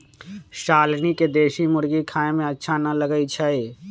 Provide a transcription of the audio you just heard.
शालनी के देशी मुर्गी खाए में अच्छा न लगई छई